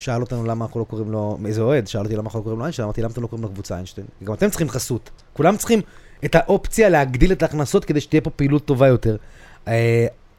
שאל אותנו למה אנחנו לא קוראים לו איזה אוהד, שאלתי למה אנחנו לא קוראים לו איינשטיין, אמרתי למה אתם לא קוראים להקבוצה איינשטיין. גם אתם צריכים חסות. כולם צריכים את האופציה להגדיל את ההכנסות כדי שתהיה פה פעילות טובה יותר.